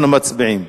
אנחנו מצביעים.